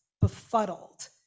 befuddled